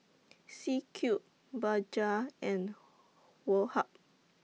C Cube Bajaj and Woh Hup